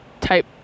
type